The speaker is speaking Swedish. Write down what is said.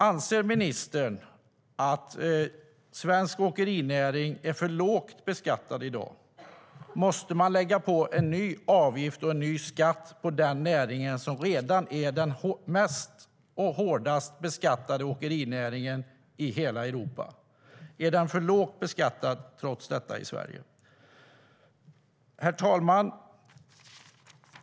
Anser ministern att svensk åkerinäring är för lågt beskattad i dag? Måste man lägga på en ny avgift och en ny skatt på denna näring som redan är den mest och hårdast beskattade åkerinäringen i hela Europa? Är den trots detta för lågt beskattad i Sverige? Herr talman!